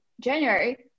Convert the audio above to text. January